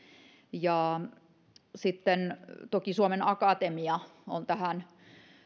sitten toki suomen akatemia on tähän